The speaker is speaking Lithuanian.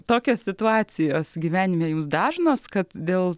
tokios situacijos gyvenime jums dažnos kad dėl